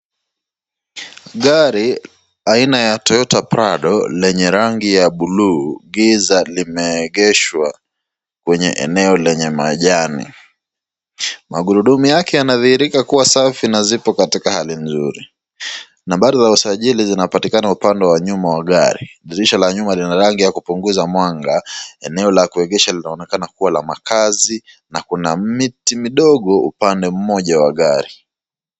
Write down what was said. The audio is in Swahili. Gari aina ya toyota prado yenye rangi ya blue giza limeegeshwa kwenye eneo lenye majani, magurudumu yake yanadhihirika kuwa safi na zipo katika hali nzuri, nambari za usajili zinapatikana upande wa nyuma wa gari upande wa nyjma lina rangi ya kupunguza mwanga, eneo la kuegesha linaonekana kuwa la makaazi na kuna miti midogo upande mmoja wa gari.